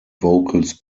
vocals